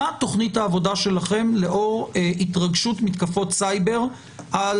מה תוכנית העבודה שלכם לאור התרגשות מתקפות סייבר על